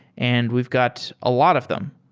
and we've got a lot of them.